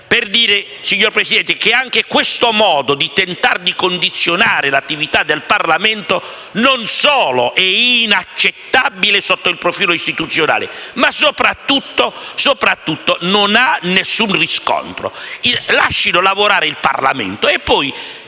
bene. Signor Presidente, anche questo modo di tentare di condizionare l'attività del Parlamento non solo è inaccettabile sotto il profilo istituzionale, ma soprattutto non ha alcun riscontro. Lascino lavorare il Parlamento e poi